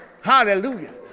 Hallelujah